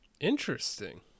interesting